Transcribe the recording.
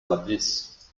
matriz